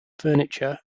furniture